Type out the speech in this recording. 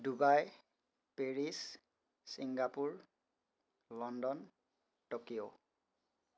Dubai Paris Singapore London Tokyo